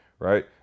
Right